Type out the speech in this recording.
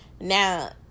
Now